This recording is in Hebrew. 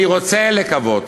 אני רוצה לקוות